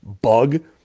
bug